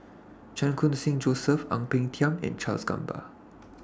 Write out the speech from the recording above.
Chan Khun Sing Joseph Ang Peng Tiam and Charles Gamba